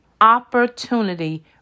opportunity